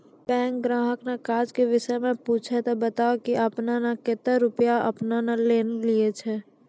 Bank ग्राहक ने काज के विषय मे पुछे ते बता की आपने ने कतो रुपिया आपने ने लेने छिए?